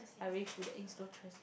I really feel that it's no choice